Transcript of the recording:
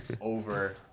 over